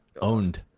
Owned